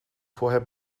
vorher